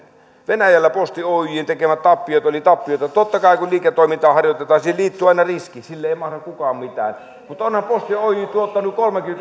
venäjällä tekemät toimet olivat tappioita totta kai kun liiketoimintaa harjoitetaan siihen liittyy aina riski sille ei mahda kukaan mitään mutta onhan posti oyj tuottanut